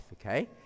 okay